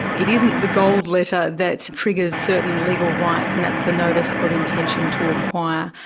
it isn't the gold letter that triggers certain legal rights, and that's the notice of intention to acquire.